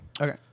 Okay